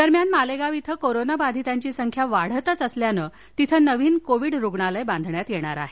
दरम्यान मालेगाव इथं कोरोना बधितांची संख्या वाढतच असल्यानं तिथं नवीन कोविड रुग्णालय बांधण्यात येणार आहे